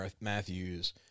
Matthews